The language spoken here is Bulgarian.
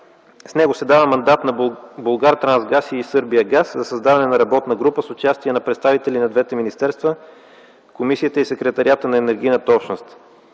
С него се дава мандат на „Булгартрансгаз” и „Сърбиягаз” за създаване на работна група с участие на представители на двете министерства, Комисията и Секретариата на енергийната общност.